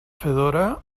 fedora